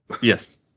Yes